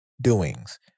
doings